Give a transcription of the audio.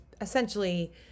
essentially